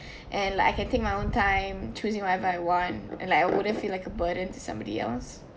and like I can take my own time choosing whatever I want and like I wouldn't feel like a burden to somebody else